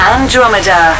Andromeda